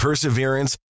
Perseverance